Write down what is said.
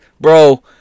bro